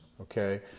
Okay